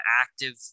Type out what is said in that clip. active